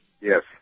Yes